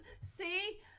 See